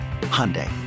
Hyundai